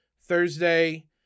Thursday